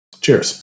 Cheers